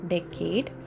Decade